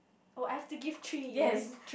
oh I have to give three you mean